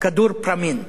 כדור "פראמין",